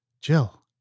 Jill